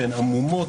שעמומות,